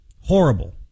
horrible